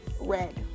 red